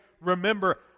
remember